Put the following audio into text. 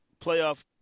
playoff